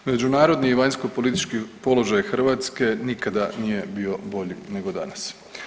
Međunarodni i vanjskopolitički položaj Hrvatske nikada nije bio bolji nego danas.